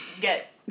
get